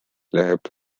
läheb